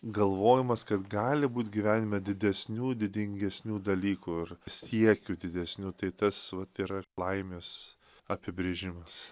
galvojimas kad gali būt gyvenime didesnių didingesnių dalykų ir siekių didesnių tai tas vat yra laimės apibrėžimas